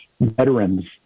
veterans